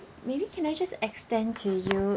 maybe can I just extend to you